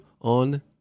on